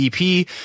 ep